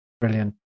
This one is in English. brilliant